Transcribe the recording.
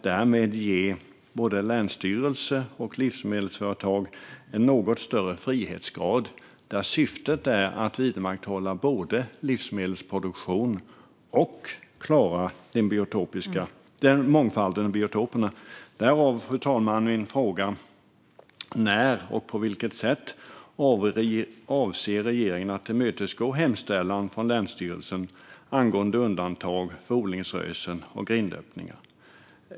Därmed skulle man ge både länsstyrelse och livsmedelsföretag en något större frihetsgrad, där syftet är att vidmakthålla både livsmedelsproduktion och mångfalden i biotoperna. Detta är bakgrunden till min fråga: När och på vilket sätt avser regeringen att tillmötesgå hemställan från länsstyrelsen angående undantag för odlingsrösen och grindöppningar?